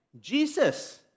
Jesus